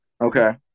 Okay